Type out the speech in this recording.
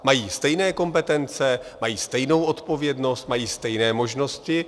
Mají stejné kompetence, mají stejnou odpovědnost, mají stejné možnosti.